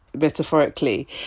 metaphorically